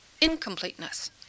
incompleteness